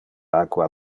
aqua